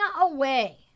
away